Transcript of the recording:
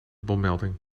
bommelding